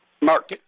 Mark